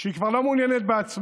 שהיא כבר לא מעוניינת בעצמה,